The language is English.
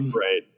Right